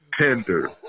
tender